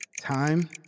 Time